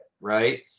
right